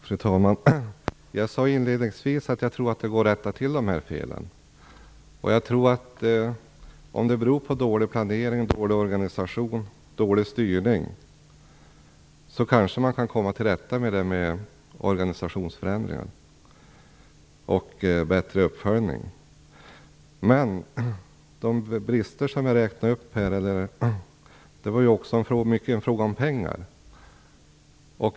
Fru talman! Jag sade inledningsvis att jag tror att det går att rätta till de här felen. Om de beror på dålig planering, dålig organisation eller dålig styrning kanske man kan komma till rätta med dem genom organisationsförändringar och bättre uppföljning. Men de brister som jag räknade upp visar också att det mycket är en fråga om pengar.